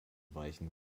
weichen